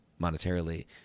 monetarily